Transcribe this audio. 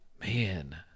man